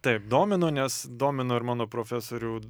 taip domino nes domino ir mano profesorių